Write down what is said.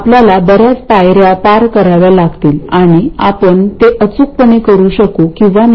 आपल्याला बर्याच पायर्या पार कराव्या लागतील आणि आपण ते अचूकपणे करू शकू किंवा नाही